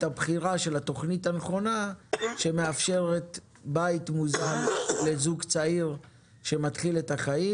הבחירה של התוכנית הנכונה שמאפשרת בית מוזל לזוג צעיר שמתחיל את החיים.